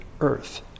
earth